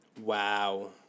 Wow